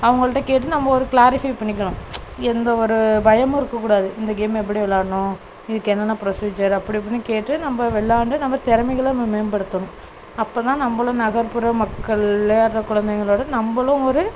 அவங்கள்கிட்ட கேட்டு நம்ம ஒரு க்லாரிஃபை பண்ணிக்கணும் எந்தவொரு பயமும் இருக்கக்கூடாது இந்த கேம் எப்படி விளையாடணும் இதுக்கு என்னென்னெ ப்ரோசீஜர் அப்படி இப்படின்னு கேட்டு நம்ப விளையாண்டு நம்ப திறமைகளை மேம் மேம்படுத்தணும் அப்போ தான் நம்மளும் நகர்ப்புறம் மக்கள் வெளையாடுற குழந்தைகளோடு நம்பளும் ஒரு